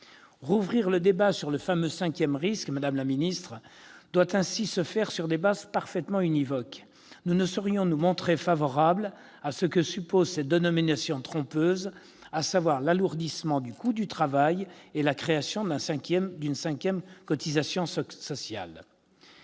réouverture du débat sur le fameux « cinquième risque », madame la ministre, doit ainsi se faire sur des bases parfaitement univoques : nous ne saurions nous montrer favorables à ce que suppose cette dénomination trompeuse, à savoir l'alourdissement du coût du travail et la création d'une cinquième cotisation sociale.